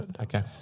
Okay